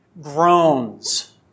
groans